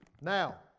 Now